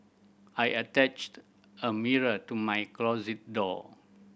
I attached a mirror to my closet door